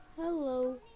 Hello